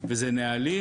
וזה נהלים.